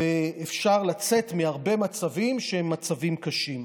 ושאפשר לצאת מהרבה מצבים שהם מצבים קשים.